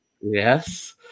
Yes